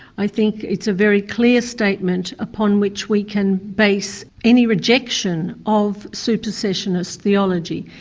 i think it's a very clear statement upon which we can base any rejection of supersessionist theology.